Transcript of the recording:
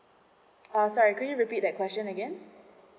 uh sorry could you repeat that question again